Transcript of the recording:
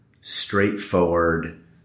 straightforward